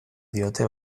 diote